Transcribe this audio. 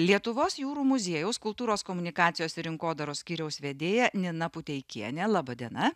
lietuvos jūrų muziejaus kultūros komunikacijos rinkodaros skyriaus vedėja nina puteikienė laba diena